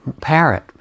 parrot